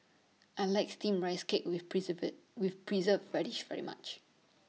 I like Steamed Rice Cake with Preserved with Preserved Radish very much